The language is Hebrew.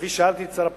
כפי ששאלתי את שר הפנים,